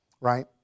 Right